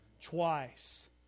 Twice